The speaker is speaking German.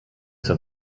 zur